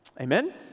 Amen